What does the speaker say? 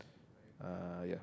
uh yeah